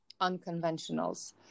unconventionals